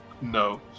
no